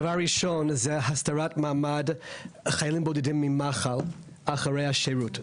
דבר ראשון זה הסדרת מעמד חיילים בודדים ממח"ל אחרי השירות.